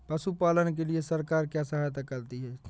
पशु पालन के लिए सरकार क्या सहायता करती है?